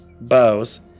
bows